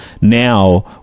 now